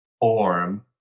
Orm